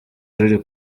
ruri